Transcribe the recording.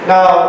Now